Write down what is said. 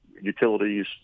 utilities